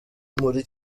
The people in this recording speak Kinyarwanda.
muri